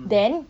then